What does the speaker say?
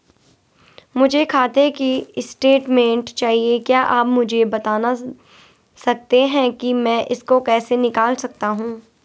मुझे खाते की स्टेटमेंट चाहिए क्या आप मुझे बताना सकते हैं कि मैं इसको कैसे निकाल सकता हूँ?